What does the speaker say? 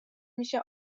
میشه